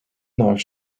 naar